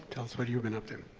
tell us what you've been up to.